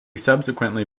subsequently